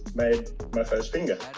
made my first finger.